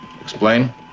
Explain